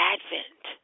Advent